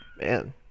Man